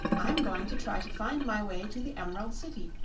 i'm going to try to find my way to the emerald city,